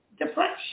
depression